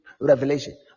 Revelation